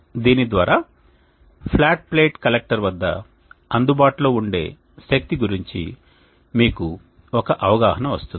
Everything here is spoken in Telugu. దీని ద్వారా ఫ్లాట్ ప్లేట్ కలెక్టర్ వద్ద అందుబాటులో ఉండే శక్తి గురించి మీకు ఒక అవగాహన వస్తుంది